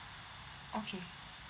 okay